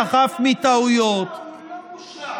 חף מטעויות, הוא לא מושלם.